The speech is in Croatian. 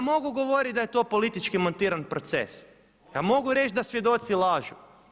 Ja mogu govoriti da je to politički montiran proces, ja mogu reći da svjedoci lažu.